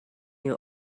you